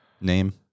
name